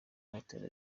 hotel